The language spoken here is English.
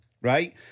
right